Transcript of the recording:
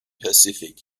pacific